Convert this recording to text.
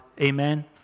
Amen